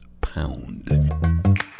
pound